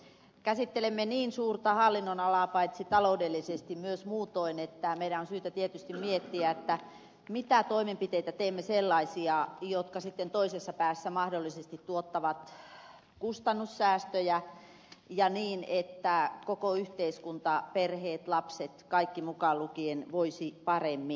käsittelemme niin suurta hallinnonalaa paitsi taloudellisesti myös muutoin että meidän on syytä tietysti miettiä mitä sellaisia toimenpiteitä teemme jotka sitten toisessa päässä mahdollisesti tuottavat kustannussäästöjä ja niin että koko yhteiskunta perheet lapset kaikki mukaan lukien voisi paremmin